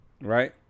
right